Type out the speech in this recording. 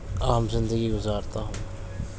عام زندگی گزارتا ہوں